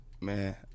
man